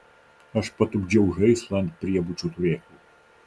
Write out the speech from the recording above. aš patupdžiau žaislą ant priebučio turėklų